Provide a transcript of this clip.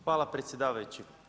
Hvala predsjedavajući.